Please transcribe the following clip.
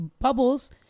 bubbles